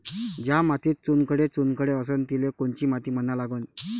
ज्या मातीत चुनखडे चुनखडे असन तिले कोनची माती म्हना लागन?